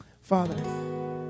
Father